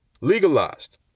legalized